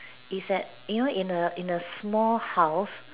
is that you know in a in a small house